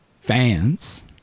fans